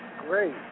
great